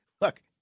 look